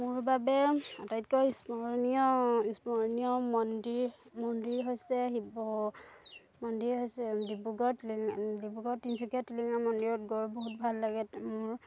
মোৰ বাবে আটাইতকৈ স্মৰণীয় স্মৰণীয় মন্দিৰ মন্দিৰ হৈছে শিৱ মন্দিৰ হৈছে ডিব্ৰুগড় টিলেঙা ডিব্ৰুগড় তিনিচুকীয়া টিলিঙা মন্দিৰত গৈ বহুত ভাল লাগে মোৰ